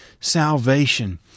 salvation